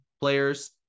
players